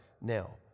now